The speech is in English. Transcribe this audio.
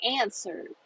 answered